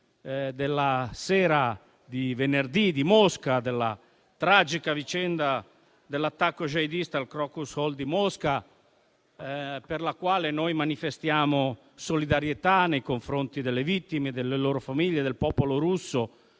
della sera di venerdì a Mosca, con la tragica vicenda dell'attacco jihadista al Crocus City Hall, per la quale manifestiamo solidarietà nei confronti delle vittime, delle loro famiglie, del popolo russo,